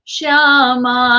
Shama